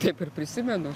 tiek ir prisimenu